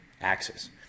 axis